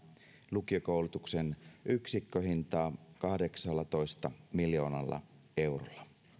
lukiokoulutuksen yksikköhintaa kahdeksallatoista miljoonalla eurolla